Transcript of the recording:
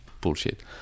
bullshit